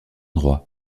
droit